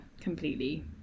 completely